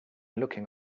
looking